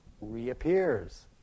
reappears